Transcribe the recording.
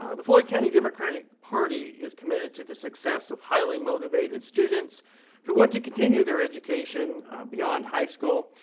ah the floyd county democratic party is committed to the success of highly motivated students who want to continue their education beyond high school,